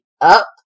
up